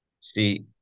See